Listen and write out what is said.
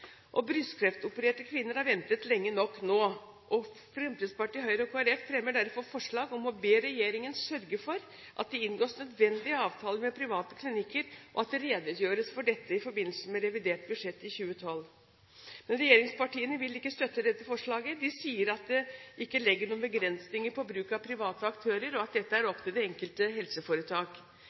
operasjoner. Brystkreftopererte kvinner har ventet lenge nok nå. Fremskrittspartiet, Høyre og Kristelig Folkeparti fremmer derfor forslag om å be regjeringen sørge for at det inngås nødvendige avtaler med private klinikker, og at det redegjøres for dette i forbindelse med revidert budsjett i 2012. Men regjeringspartiene vil ikke støtte dette forslaget. De sier at de ikke legger noen begrensinger på bruk av private aktører, og at dette er opp til det enkelte helseforetak.